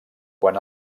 quan